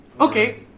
Okay